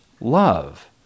love